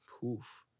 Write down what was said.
Poof